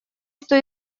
что